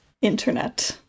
internet